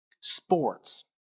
Sports